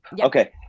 okay